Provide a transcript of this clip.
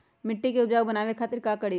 मिट्टी के उपजाऊ बनावे खातिर का करी?